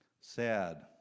Sad